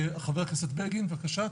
חבר הכנסת בגין, בקשה.